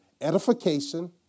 Edification